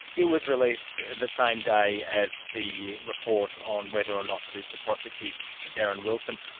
it was released the same day as the report on whether or not to to prosecute darren wilson.